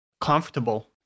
comfortable